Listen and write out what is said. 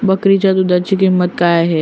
बकरीच्या दूधाची किंमत काय आहे?